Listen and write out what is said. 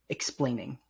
explaining